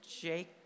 Jake